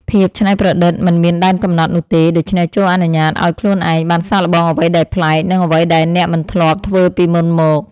ភាពច្នៃប្រឌិតមិនមានដែនកំណត់នោះទេដូច្នេះចូរអនុញ្ញាតឱ្យខ្លួនឯងបានសាកល្បងអ្វីដែលប្លែក និងអ្វីដែលអ្នកមិនធ្លាប់ធ្វើពីមុនមក។